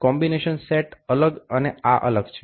combination set અલગ અને આ અલગ છે